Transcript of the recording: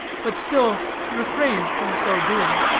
but still refrained from so doing,